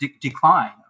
decline